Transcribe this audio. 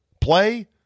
Play